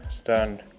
stand